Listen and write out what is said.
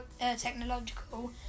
technological